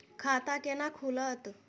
खाता केना खुलत?